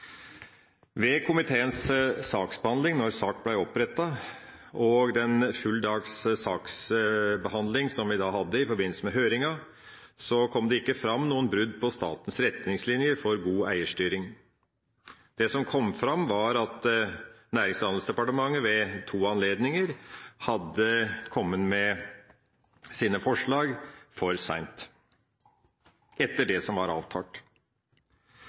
Ved komiteens saksbehandling, da sak ble opprettet, og ved den heldagssaksbehandlingen som vi hadde i forbindelse med høringa, kom det ikke fram noen brudd på statens retningslinjer for god eierstyring. Det som kom fram, var at Nærings- og handelsdepartementet ved to anledninger hadde kommet med sine forslag for sent, etter det som var avtalt.